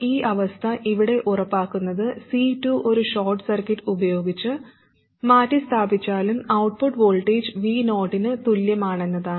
ഈ അവസ്ഥ ഇവിടെ ഉറപ്പാക്കുന്നത് C2 ഒരു ഷോർട്ട് സർക്യൂട്ട് ഉപയോഗിച്ച് മാറ്റിസ്ഥാപിച്ചാലും ഔട്ട്പുട്ട് വോൾട്ടേജ് Vo ന് തുല്യമാണെന്നതാണ്